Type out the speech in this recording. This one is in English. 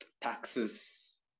taxes